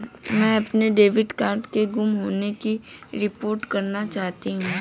मैं अपने debit card के गुम होने की रिपोर्ट करना चाहती हूँ